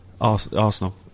Arsenal